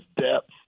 depth